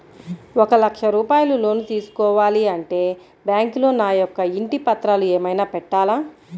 ఒక లక్ష రూపాయలు లోన్ తీసుకోవాలి అంటే బ్యాంకులో నా యొక్క ఇంటి పత్రాలు ఏమైనా పెట్టాలా?